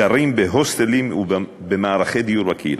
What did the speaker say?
גרים בהוסטלים ובמערכי דיור לקהילה.